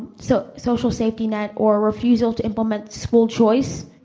so social safety net, or refusal to implement school choice